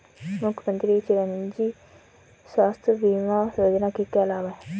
मुख्यमंत्री चिरंजी स्वास्थ्य बीमा योजना के क्या लाभ हैं?